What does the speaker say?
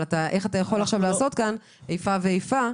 אבל איך אתה יכול עכשיו לעשות כאן איפה ואיפה,